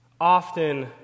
Often